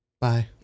Bye